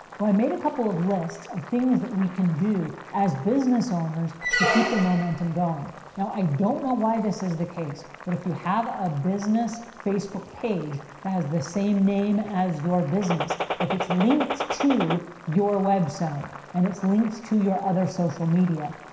well, i made a couple of lists of things that we can do as business owners to keep the momentum going. now, i don't know why this is the case, but if you have a business facebook page that has the same name as your business, if it's linked to your website, and it's linked to your other social media,